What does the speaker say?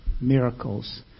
miracles